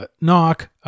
knock